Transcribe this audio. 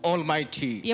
Almighty